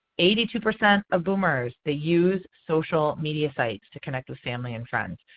eighty two percent of boomers they use social media sites to connect with family and friends.